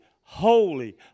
holy